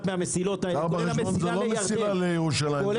מהמסילות האלה כולל המסילה לירדן זה